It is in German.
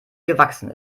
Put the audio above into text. gewachsen